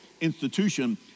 institution